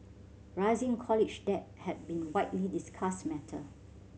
rising college debt have been widely discussed matter